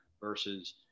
Versus